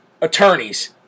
attorneys